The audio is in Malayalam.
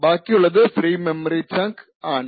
ബാക്കിയുള്ളത് ഫ്രീ മെമ്മറി ചങ്ക് ആണ്